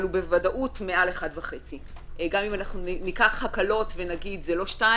אבל הוא בוודאות מעל 1.5. גם אם ניקח הקלות ונגיד: זה לא 2,